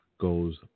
goes